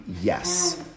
yes